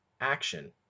action